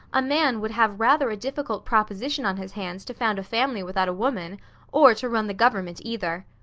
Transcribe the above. a man would have rather a difficult proposition on his hands to found a family without a woman or to run the government either.